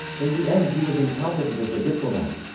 in the end he was incompetent as a diplomat.